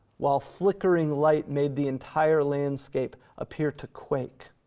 while flickering light made the entire landscape appear to quake,